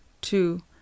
two